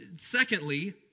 Secondly